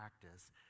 practice